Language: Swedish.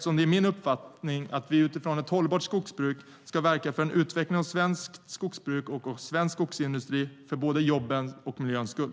Det är min uppfattning att vi utifrån ett hållbart skogsbruk ska verka för en utveckling av svenskt skogsbruk och svensk skogsindustri för både jobbens och miljöns skull.